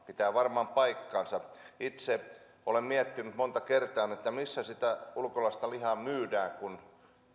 pitää varmaan paikkansa itse olen miettinyt monta kertaa missä sitä ulkolaista lihaa myydään kun